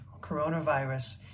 coronavirus